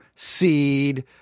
Seed